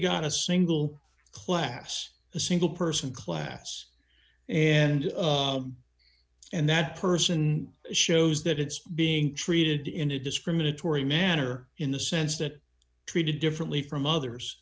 got a single class a single person class and and that person shows that it's being treated in a discriminatory manner in the sense that treated differently from others